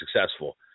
successful